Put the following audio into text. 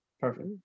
Perfect